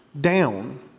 down